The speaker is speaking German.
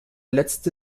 letzte